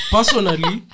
Personally